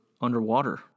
underwater